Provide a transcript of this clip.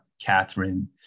Catherine